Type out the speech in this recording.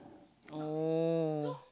oh